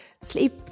Sleep